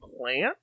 plant